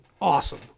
awesome